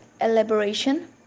elaboration